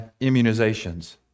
immunizations